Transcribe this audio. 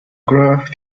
graph